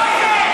חודש.